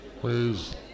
Please